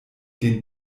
den